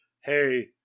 hey